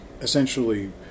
essentially